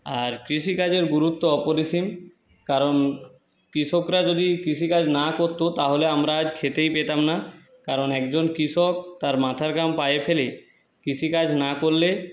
আর কৃষি কাজের গুরুত্ব অপরিসীম কারণ কৃষকরা যদি কৃষিকাজ না করতো তাহলে আমরা আজ খেতেই পেতাম না কারণ একজন কৃষক তার মাথার ঘাম পায়ে ফেলেই কৃষিকাজ না করলে